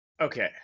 Okay